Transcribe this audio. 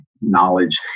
knowledge